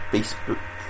Facebook